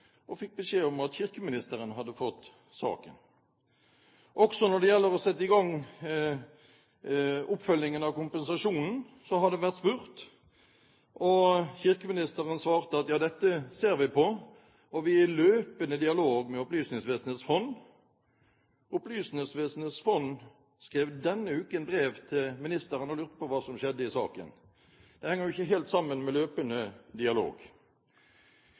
og fikk beskjed om at kirkeministeren hadde fått saken. Også når det gjelder å sette i gang oppfølgingen av kompensasjonen, har det vært spurt, og kirkeministeren svarte at ja, dette ser vi på, og vi er i løpende dialog med Opplysningsvesenets fond. Opplysningsvesenets fond skrev denne uken brev til ministeren og lurte på hva som skjedde i saken. Det henger jo ikke helt sammen med «løpende dialog».